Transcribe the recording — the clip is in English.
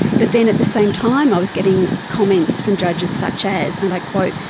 but then at the same time i was getting comments from judges such as, and i quote,